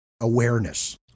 awareness